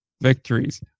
victories